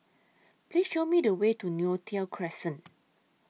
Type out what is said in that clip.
Please Show Me The Way to Neo Tiew Crescent